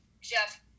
Jeff